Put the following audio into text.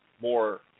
more –